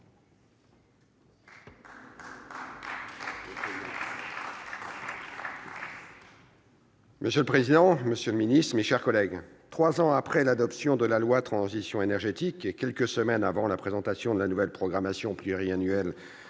Monsieur le président, monsieur le ministre d'État, mes chers collègues, trois ans après l'adoption de la loi Transition énergétique, et quelques semaines avant la présentation de la nouvelle programmation pluriannuelle